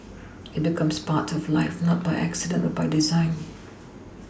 it becomes part of life not by accident but by design